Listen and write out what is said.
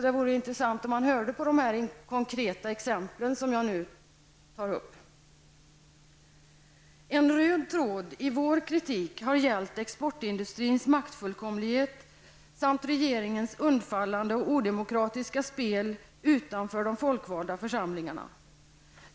Det vore därför bra om han hörde på de konkreta exempel som jag nu tar upp. En röd tråd i vår kritik har gällt exportindustrins maktfullkomlighet samt regeringens undfallande och odemokratiska spel utanför de folkvalda församlingarna.